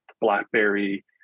Blackberry